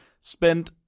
spent